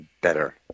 better